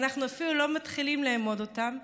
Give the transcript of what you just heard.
שאנחנו אפילו לא מתחילים לאמוד אותם?